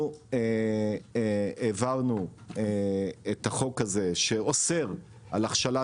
אנחנו העברנו את החוק הזה שאוסר על הכשלת